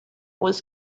was